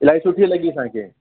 इलाही सुठी लॻी असांखे